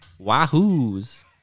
Wahoos